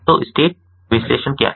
तो स्टेट विश्लेषण क्या है